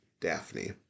Daphne